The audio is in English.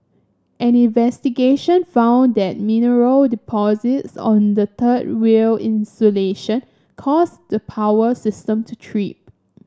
an investigation found that mineral deposits on the third rail insulation caused the power system to trip